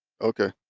okay